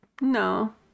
no